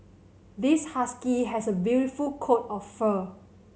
this husky has a beautiful coat of fur